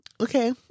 Okay